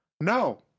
no